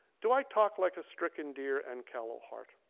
do i talk like a stricken deer and callow heart?